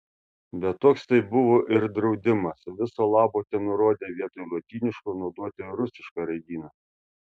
bet toks tai buvo ir draudimas viso labo tenurodė vietoj lotyniško naudoti rusišką raidyną